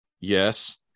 yes